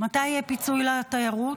מתי יהיה פיצוי לתיירות,